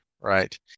right